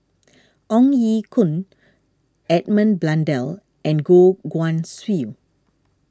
Ong Ye Kung Edmund Blundell and Goh Guan Siew